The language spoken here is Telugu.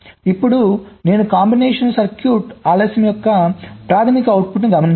ఇప్పుడు నేను కాంబినేషన్ సర్క్యూట్ ఆలస్యం యొక్క ప్రాధమిక అవుట్పుట్ గమనించగలను